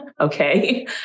okay